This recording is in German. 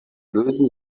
lösen